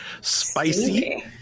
spicy